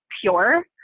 pure